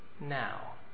now